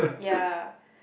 ya